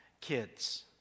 kids